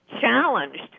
challenged